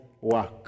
work